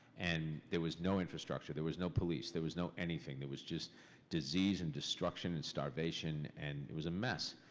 and there was no infrastructure, there was no police, there was no anything. there was just disease and destruction and starvation, and it was a mess.